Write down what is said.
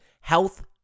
Health